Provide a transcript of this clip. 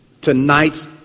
tonight